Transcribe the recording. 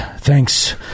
thanks